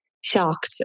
shocked